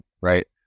right